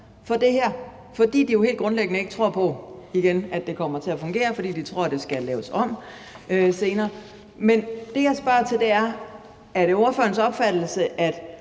fordi de helt grundlæggende ikke tror på, at det her kommer til at fungere, og fordi de tror, at det skal laves om senere. Men det, jeg spørger til, er: Er det ordførerens opfattelse,